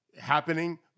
happening